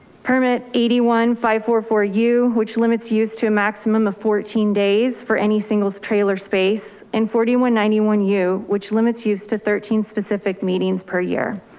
permit eighty one, five four for you, which limits use to a maximum of fourteen days for any singles trailer space in forty one ninety one. you which limits use to thirteen specific meetings per year.